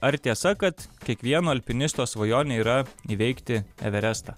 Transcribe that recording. ar tiesa kad kiekvieno alpinisto svajonė yra įveikti everestą